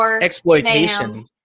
exploitation